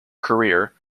career